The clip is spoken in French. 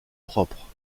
propre